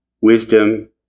wisdom